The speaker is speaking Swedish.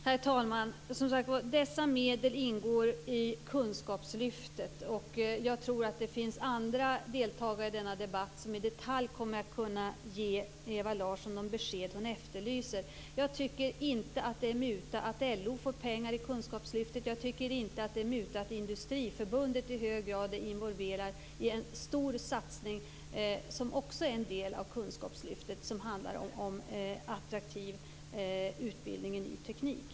Herr talman! Som sagt var, dessa medel ingår i kunskapslyftet. Jag tror att det finns andra deltagare i denna debatt som i detalj kommer att kunna ge Ewa Larsson de besked hon efterlyser. Jag tycker inte att det är muta att LO får pengar i kunskapslyftet. Jag tycker inte heller att det är muta att Industriförbundet i hög grad är involverat i en stor satsning som också är del av kunskapslyftet och som handlar om attraktiv utbildning i ny teknik.